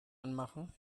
anmachen